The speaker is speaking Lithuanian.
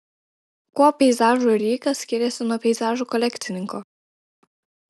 kuo peizažų rijikas skiriasi nuo peizažų kolekcininko